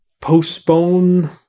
Postpone